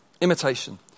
Imitation